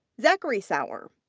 zachary sauer.